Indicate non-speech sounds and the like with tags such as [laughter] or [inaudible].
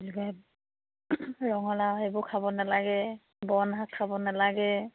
[unintelligible] ৰঙালাও সেইবোৰ খাব নালাগে বন শাক খাব নালাগে